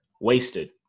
wasted